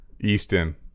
easton